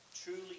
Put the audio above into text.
truly